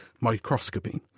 microscopy